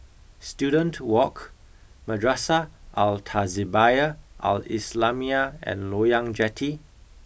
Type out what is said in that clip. Student Walk Madrasah Al Tahzibiah Al Islamiah and Loyang Jetty